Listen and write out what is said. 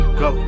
go